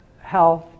health